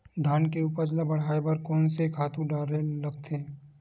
धान के उपज ल बढ़ाये बर कोन से खातु डारेल लगथे?